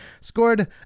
scored